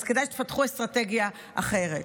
אז כדאי שתפתחו אסטרטגיה אחרת.